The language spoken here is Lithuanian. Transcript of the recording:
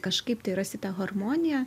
kažkaip tai rasi tą harmoniją